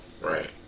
Right